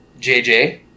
JJ